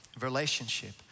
relationship